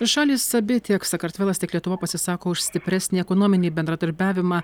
šalys abi tiek sakartvelas tiek lietuva pasisako už stipresnį ekonominį bendradarbiavimą